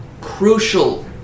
crucial